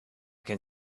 can